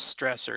stressor